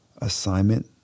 assignment